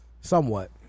Somewhat